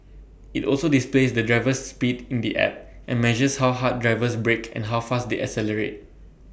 IT also displays the driver's speed in the app and measures how hard drivers brake and how fast they accelerate